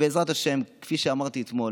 ובעזרת השם, כפי שאמרתי אתמול,